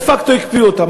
דה-פקטו הקפיאו אותה.